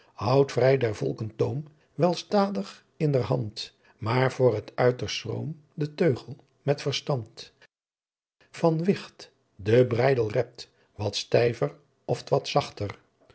houdt vry der volken toom wel stadigh in der handt maar voor het uiterst schroom de teugel met verstandt van wight den breidel rept wat styver oft wat zachter